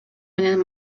менен